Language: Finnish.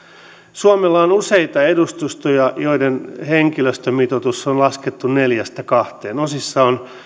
suomella on useita edustustoja joiden henkilöstömitoitus on laskettu neljästä kahteen osissa on